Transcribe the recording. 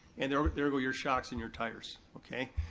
and there there go your shocks and your tires, okay,